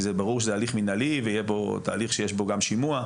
כי זה ברור שזה הליך מנהלי ויהיה פה תהליך שיש בו גם שימוע,